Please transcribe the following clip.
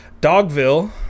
Dogville